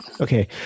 Okay